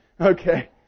Okay